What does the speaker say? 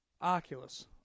Oculus